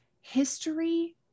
history